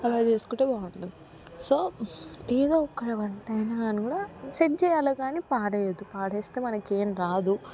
అలా చేసుకుంటే బాగుంటుంది సో ఏదొక ఒక వంటయినా కూడా సెట్ చేయలి కాని పాడుచేయొద్దు పాడుచేస్తే మనకేం రాదు